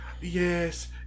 Yes